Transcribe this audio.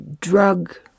drug